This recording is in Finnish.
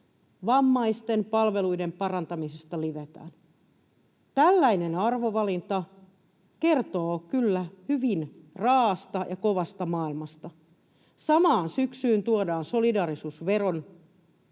vammaisten palveluiden parantamisesta livetään. Tällainen arvovalinta kertoo kyllä hyvin raa’asta ja kovasta maailmasta. Samaan syksyyn tuodaan solidaarisuusveron